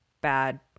bad